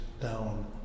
down